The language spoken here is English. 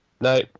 No